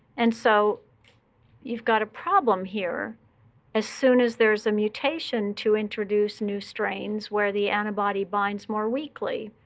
and so you've got a problem here as soon as there's a mutation to introduce new strains where the antibody binds more weakly.